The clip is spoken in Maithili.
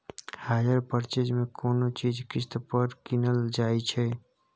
हायर पर्चेज मे कोनो चीज किस्त पर कीनल जाइ छै